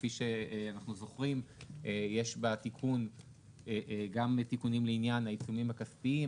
כפי שאנחנו זוכרים יש בתיקון גם תיקונים לעניין העיצומים הכספיים,